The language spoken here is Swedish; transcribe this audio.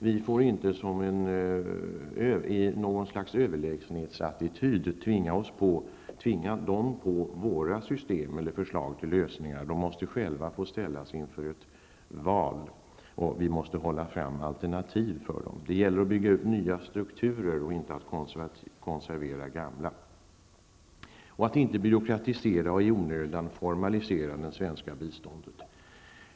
Vi får inte med något slags överlägsenhetsattityd tvinga balterna att anta våra system eller förslag till lösningar. De måste själva få välja, och vi måste ge dem alternativ. Det gäller att bygga upp nya strukturer och att inte konservera gamla. Man får inte i onödan byråkratisera och formalisera det svenska biståndet.